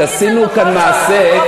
שעשינו כאן מעשה,